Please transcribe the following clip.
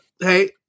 hey